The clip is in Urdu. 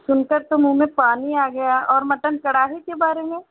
سن کر تو منہ میں پانی آ گیا اور مٹن کڑھائی کے بارے میں